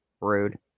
Rude